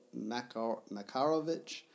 Makarovich